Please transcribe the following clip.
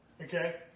Okay